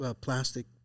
plastic